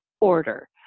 order